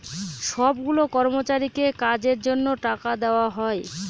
সব গুলা কর্মচারীকে কাজের জন্য টাকা দেওয়া হয়